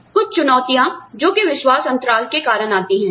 कुछ चुनौतियां जो कि विश्वास अंतराल के कारण आती हैं